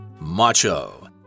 macho